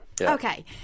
Okay